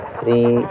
three